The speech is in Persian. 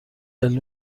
علمی